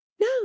No